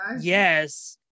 Yes